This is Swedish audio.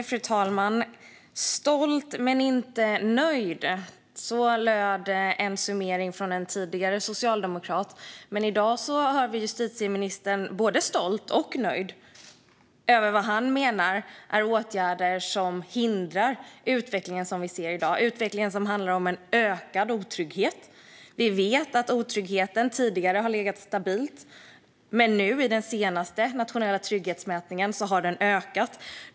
Fru talman! Stolt men inte nöjd - så löd en summering från en tidigare socialdemokrat. I dag hör vi justitieministern vara både stolt och nöjd över vad han menar är åtgärder som hindrar den utveckling mot ökad otrygghet som vi ser i dag. Vi vet att otryggheten tidigare har legat stabilt, men i den senaste nationella trygghetsmätningen har den ökat.